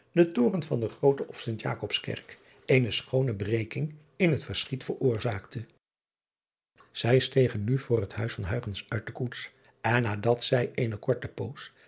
de toren van de roote of int akobs erk eene schoone breking in het verschiet veroorzaakte ij stegen nu voor het huis van uit de koets en nadat zij eene korte poos